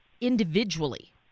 individually